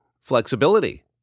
Flexibility